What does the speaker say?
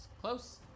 close